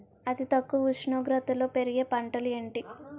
అతి తక్కువ ఉష్ణోగ్రతలో పెరిగే పంటలు ఏంటి?